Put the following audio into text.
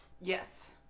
Yes